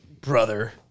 Brother